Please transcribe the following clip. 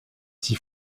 six